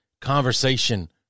conversation